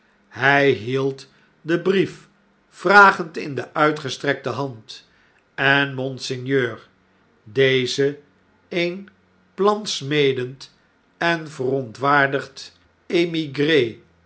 hy hield den brief vragend in de uitgestrekte hand en monseigneur deze een plannen smedend en verontwaardigd